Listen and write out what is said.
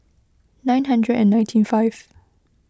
nine hundred and ninety five